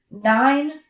nine